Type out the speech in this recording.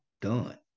done